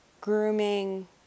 grooming